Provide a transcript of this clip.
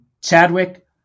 Chadwick